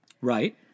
Right